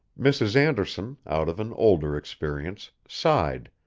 mrs. anderson, out of an older experience, sighed,